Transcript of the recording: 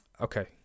Okay